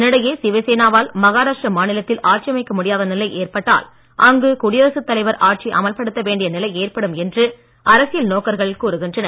இதனிடையே சிவசேனாவால் மகாராஷ்டிர மாநிலத்தில் ஆட்சி அமைக்க முடியாத நிலை ஏற்பட்டால் அங்கு குடியரசுத்தலைவர் ஆட்சி அமல்ப்படுத்த வேண்டிய நிலை ஏற்படும் என்று அரசியல் நோக்கர்கள் கூறுகின்றனர்